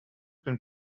been